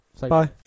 Bye